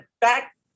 back